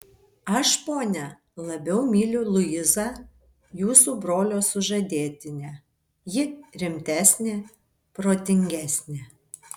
aš ponia labiau myliu luizą jūsų brolio sužadėtinę ji rimtesnė protingesnė